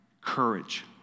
courage